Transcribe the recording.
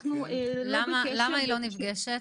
למה היא לא נפגשת?